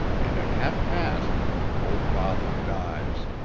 and at half past your old father dies.